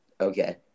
Okay